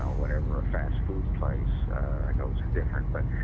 ah whatever a fast food place those were different but,